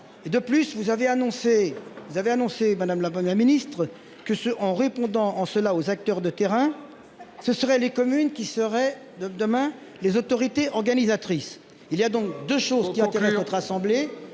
annoncé, vous avez annoncé Madame la bonne la ministre que ce en répondant en cela aux acteurs de terrain. Ce serait les communes qui seraient de demain les autorités organisatrices. Il y a donc 2 choses qui intéressent notre assemblée